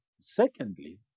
Secondly